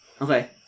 Okay